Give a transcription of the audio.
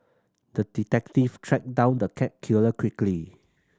the detective tracked down the cat killer quickly